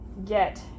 get